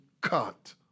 cut